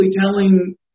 telling